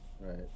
Right